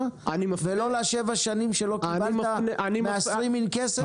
ולא לשבע שנים שלא קיבלת מהסטרימינג כסף?